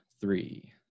three